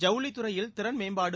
ஜவுளித்துறையில் திறன் மேம்பாடு